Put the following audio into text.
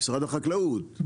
משרד החקלאות,